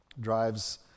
Drives